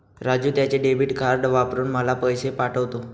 राजू त्याचे debit card वापरून मला पैसे पाठवतो